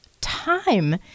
time